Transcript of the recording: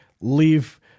leave